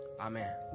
Amen